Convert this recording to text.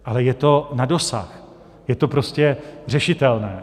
Ale je to na dosah, je to prostě řešitelné.